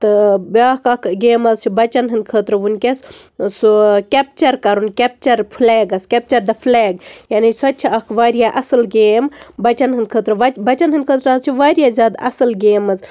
تہٕ بیٛاکھ اَکھ گیم حظ چھِ بَچَن ہٕنٛد خٲطرٕ وٕنکٮ۪س سُہ کٮ۪پچَر کَرُن capture flags capture the flag یعنی سۄ تہِ چھِ اَکھ واریاہ اَصٕل گیم بَچَن ہٕنٛد خٲطرٕ وَتہِ بَچَن ہٕنٛد خٲطرٕ حظ چھِ واریاہ زیادٕ اَصٕل گیمٕز